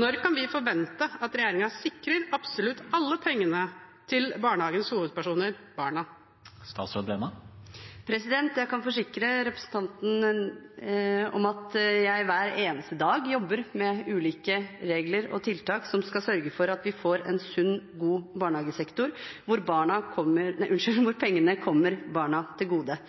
Når kan vi forvente at regjeringen sikrer absolutt alle pengene til barnehagens hovedpersoner – barna? Jeg kan forsikre representanten om at jeg hver eneste dag jobber med ulike regler og tiltak som skal sørge for at vi får en sunn, god barnehagesektor hvor pengene kommer